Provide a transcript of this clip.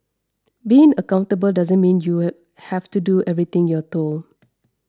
being accountable doesn't mean you it have to do everything you're told